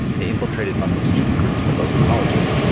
they infiltrated muslim student groups at local colleges.